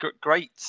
great